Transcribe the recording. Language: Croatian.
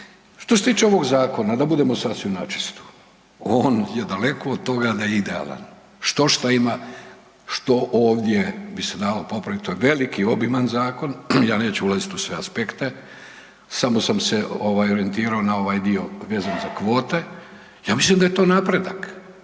Što se tiče ovoga zakona da budemo sasvim na čisto, on je daleko od toga da je idealan. Štošta ima što ovdje bi se dalo popraviti. To je veliki, obiman zakon. Ja neću ulaziti u sve aspekte. Samo sam se orijentirao na ovaj dio vezan za kvote. Ja mislim da je to napredak,